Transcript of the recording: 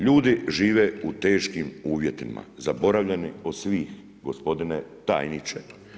Ljudi žive u teškim uvjetima zaboravljeni od svih gospodine tajniče.